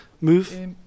move